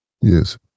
Yes